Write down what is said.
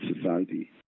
society